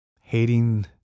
hating